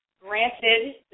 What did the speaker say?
granted